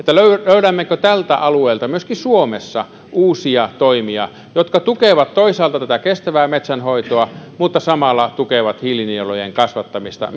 löydämmekö tältä alueelta myöskin suomessa uusia toimia jotka toisaalta tukevat tätä kestävää metsänhoitoa mutta toisaalta samalla tukevat hiilinielujen kasvattamista